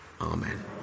Amen